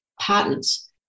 Patents